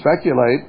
speculate